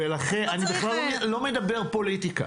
לכן אני לא מדבר פוליטיקה,